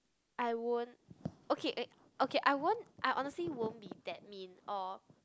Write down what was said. I won't okay okay I won't I honestly won't be that mean or